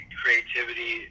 creativity –